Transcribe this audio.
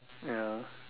ya